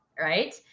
Right